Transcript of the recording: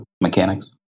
mechanics